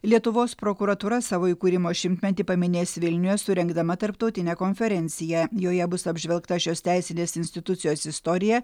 lietuvos prokuratūra savo įkūrimo šimtmetį paminės vilniuje surengdama tarptautinę konferenciją joje bus apžvelgta šios teisinės institucijos istorija